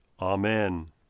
Amen